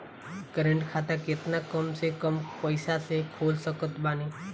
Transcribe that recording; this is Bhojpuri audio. करेंट खाता केतना कम से कम पईसा से खोल सकत बानी?